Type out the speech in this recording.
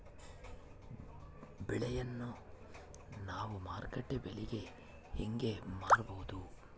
ಬೆಳೆಯನ್ನ ನಾವು ಮಾರುಕಟ್ಟೆ ಬೆಲೆಗೆ ಹೆಂಗೆ ಮಾರಬಹುದು?